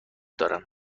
دارم